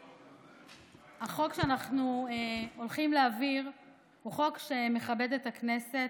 החוק שאנחנו הולכים להעביר הוא חוק שמכבד את הכנסת,